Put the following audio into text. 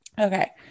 Okay